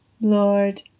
Lord